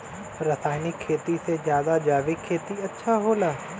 रासायनिक खेती से ज्यादा जैविक खेती अच्छा होला